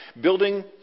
building